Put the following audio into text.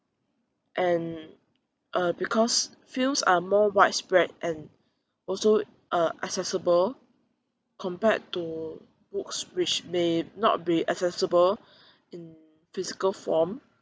and uh because films are more widespread and also uh accessible compared to books which may not be accessible in physical form